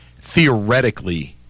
theoretically –